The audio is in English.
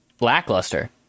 lackluster